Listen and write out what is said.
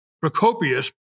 Procopius